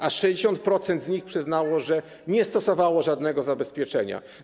Aż 60% z nich przyznało, że nie stosowało żadnego zabezpieczenia.